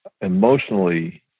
emotionally